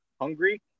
Hungry